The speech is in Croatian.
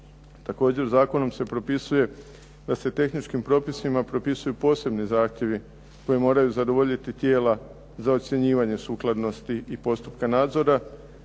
Također zakonom se propisuje da se tehničkim propisima propisuju posebni zahtjevi koji moraju zadovoljiti tijela za ocjenjivanje sukladnosti i postupka nadzora